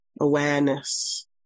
awareness